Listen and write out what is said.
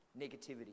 negativity